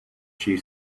she